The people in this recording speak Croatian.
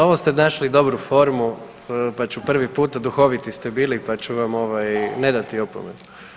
Ovo ste našli dobru foru pa ću prvi put, duhoviti ste bili pa ću vam ovaj ne dati opomenu.